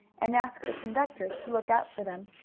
and ask the conductor to look out for them,